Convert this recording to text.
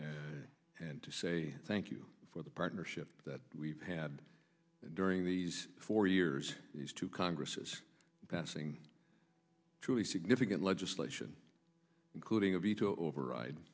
absentia and to say thank you for the partnership that we've had during these four years these two congresses glassing truly significant legislation including a veto override